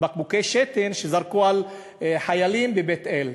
בקבוקי שתן שזרקו על חיילים בבית-אל.